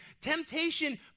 Temptation